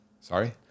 Sorry